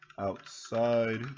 outside